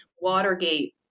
Watergate